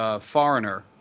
foreigner